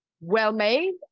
well-made